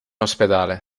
ospedale